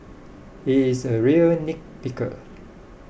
he is a real nit picker